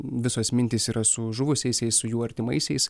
visos mintys yra su žuvusiaisiais su jų artimaisiais